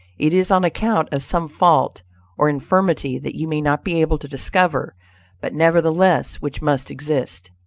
it is on account of some fault or infirmity that you may not be able to discover but nevertheless which must exist.